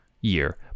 year